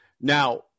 Now